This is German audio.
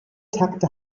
takte